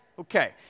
Okay